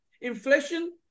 inflation